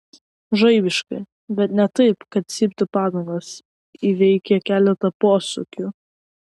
žaibiškai bet ne taip kad cyptų padangos įveikė keletą posūkių